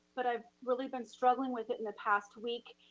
but i've really been struggling with it in the past week.